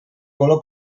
colo